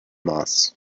moss